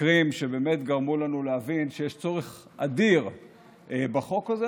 מקרים שבאמת גרמו לנו להבין שיש צורך אדיר בחוק הזה,